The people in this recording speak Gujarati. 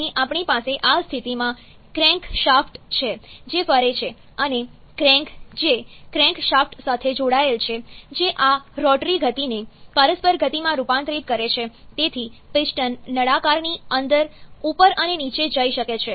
અહીં આપણી પાસે આ સ્થિતિમાં ક્રેન્કશાફ્ટ છે જે ફરે છે અને ક્રેન્ક જે ક્રેન્કશાફ્ટ સાથે જોડાયેલ છે જે આ રોટરી ગતિને પરસ્પર ગતિમાં રૂપાંતરિત કરે છે તેથી પિસ્ટન નળાકારની અંદર ઉપર અને નીચે જઈ શકે છે